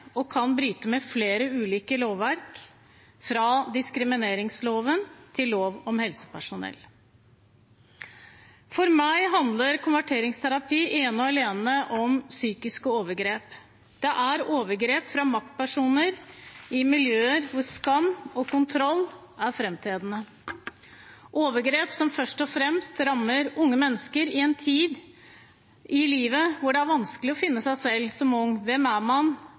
og kan bryte med flere ulike lovverk – alt fra diskrimineringsloven til lov om helsepersonell. For meg handler konverteringsterapi ene og alene om psykiske overgrep. Det er overgrep fra maktpersoner i miljøer hvor skam og kontroll er fremtredende. Det er overgrep som først og fremst rammer unge mennesker i en tid i livet hvor det å finne seg selv